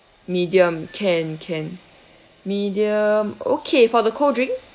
medium can can medium okay for the cold drink